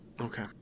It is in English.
Okay